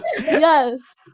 Yes